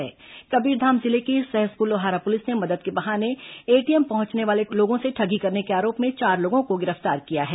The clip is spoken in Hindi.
कबीरधाम जिले की सहसपुर लोहारा पुलिस ने मदद के बहाने एटीएम पहुंचने वाले लोगों से ठगी करने के आरोप में चार लोगों को गिरफ्तार किया है